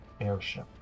airship